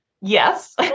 Yes